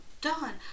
done